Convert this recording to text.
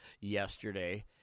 yesterday